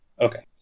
okay